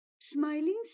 Smiling